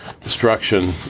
destruction